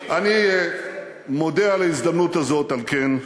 אני מודה על ההזדמנות הזאת, על כן,